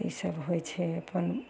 ईसब होइ छै अपन